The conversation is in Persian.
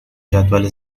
جدول